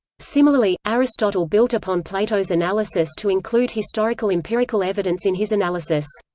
similarly, aristotle built upon plato's analysis to include historical empirical evidence in his analysis.